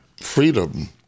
freedom